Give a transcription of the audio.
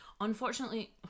Unfortunately